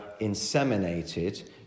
inseminated